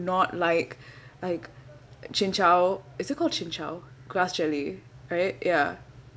not like like chin chow is it called chin chow grass jelly right yah